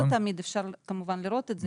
לא תמיד אפשר לראות את זה.